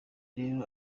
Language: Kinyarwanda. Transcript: rero